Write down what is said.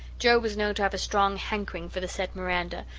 joe was known to have a strong hankering for the said miranda,